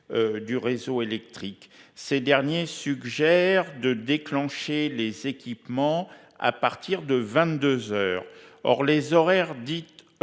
Du réseau électrique. Ces derniers suggèrent de déclencher les équipements à partir de 22h. Or les horaires 10h